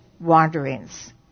wanderings